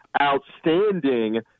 outstanding